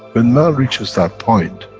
when man reaches that point,